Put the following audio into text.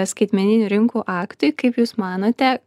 skaitmeninių rinkų aktui kaip jūs manote